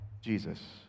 Jesus